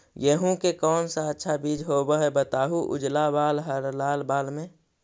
गेहूं के कौन सा अच्छा बीज होव है बताहू, उजला बाल हरलाल बाल में?